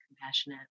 compassionate